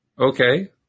Okay